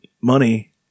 money